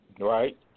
Right